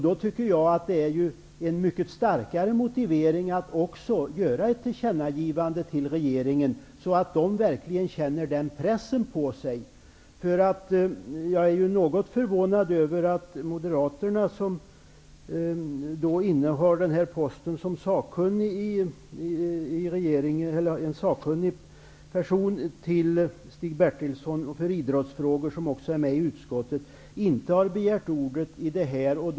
Då tycker jag att det är mycket starkare att också göra ett tillkännagivande till regeringen, så att den verkligen känner pressen på sig. Jag är något förvånad över att regeringens sakkunnige i idrottsfrågor, Stig Bertilsson, som också tillhör utskottet, inte har begärt ordet i det här ärendet.